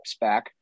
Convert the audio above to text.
back